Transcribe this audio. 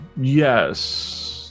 Yes